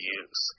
use